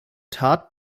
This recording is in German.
tat